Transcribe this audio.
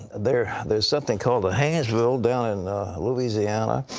there there is something called the haynesville down in louisiana.